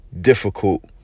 difficult